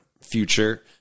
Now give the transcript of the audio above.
future